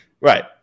Right